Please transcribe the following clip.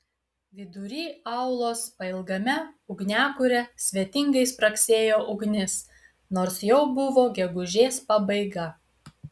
vidury aulos pailgame ugniakure svetingai spragsėjo ugnis nors jau buvo gegužės pabaiga